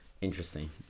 Interesting